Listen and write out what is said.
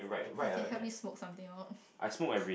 I can help you smoke something out